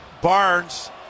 Barnes